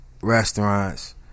restaurants